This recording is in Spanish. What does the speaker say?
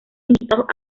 invitados